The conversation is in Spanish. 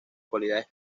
cualidades